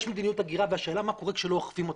יש מדיניות הגירה והשאלה מה קורה כשלא אוכפים אותה.